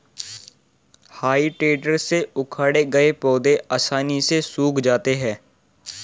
हेइ टेडर से उखाड़े गए पौधे आसानी से सूख जाते हैं